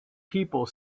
people